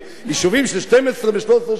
יישובים של 12 ו-13 שנה,